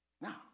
Now